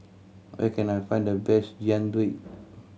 where can I find the best Jian Dui